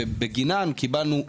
ובגינם קיבלנו X,